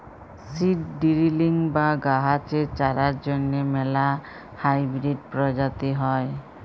seed drilling বা গাহাচের চারার জ্যনহে ম্যালা হাইবিরিড পরজাতি হ্যয়